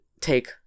take